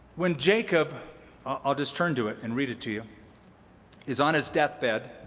when jacob i'll just turn to it and read it to you is on his deathbed